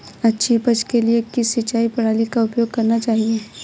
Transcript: अच्छी उपज के लिए किस सिंचाई प्रणाली का उपयोग करना चाहिए?